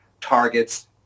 targets